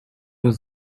was